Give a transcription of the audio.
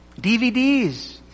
DVDs